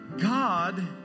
God